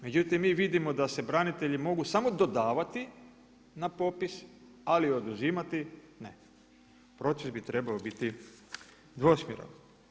Međutim, mi vidimo da se branitelji mogu samo dodavati na popis ali oduzimati ne, proces bi trebao biti dvosmjeran.